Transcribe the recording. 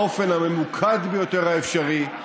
באופן הממוקד ביותר האפשרי,